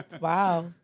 wow